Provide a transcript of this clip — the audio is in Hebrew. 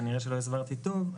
כנראה שלא הסברתי טוב.